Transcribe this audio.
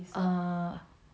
um